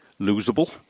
losable